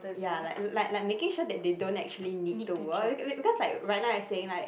ya like like like making sure that they don't actually need to work be~ because like right now as saying like